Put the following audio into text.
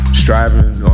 striving